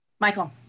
Michael